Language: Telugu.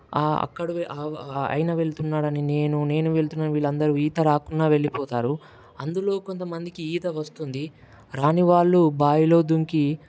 అక్కడ ఆయన వెళుతున్నాడని నేను నేను వెళుతున్నానని వీళ్ళు అందరూ ఈత రాకున్నా వెళ్ళిపోతారు అందులో కొంత మందికి ఈత వస్తుంది రాని వాళ్ళు బావిలో దూకి